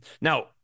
Now